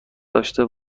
داشته